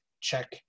Check